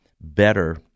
better